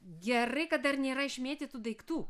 gerai kad dar nėra išmėtytų daiktų